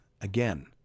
again